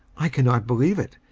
i cannot believe it,